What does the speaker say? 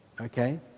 Okay